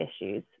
issues